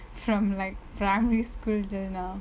from like primary school till now